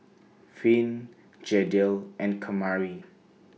Finn Jadiel and Kamari